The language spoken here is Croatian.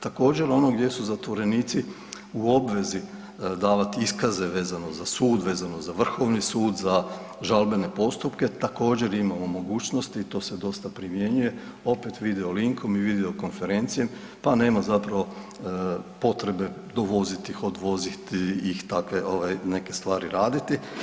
Također ono gdje su zatvorenici u obvezi davati iskaze vezano za sud, vezano za Vrhovni sud, za žalbene postupke, također imamo mogućnosti i to se dosta primjenjuje opet video linkom i video konferencijom pa nema zapravo potrebe dovoziti ih, odvoziti ih i takve ovaj neke stvari raditi.